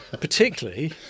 particularly